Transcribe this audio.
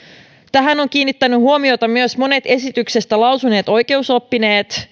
tähän ovat kiinnittäneet huomiota myös monet esityksestä lausuneet oikeusoppineet